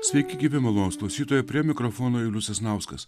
sveiki gyvi malonūs klausytojai prie mikrofono julius sasnauskas